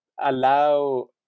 allow